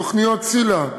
תוכניות ציל"ה,